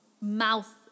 mouth